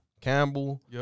Campbell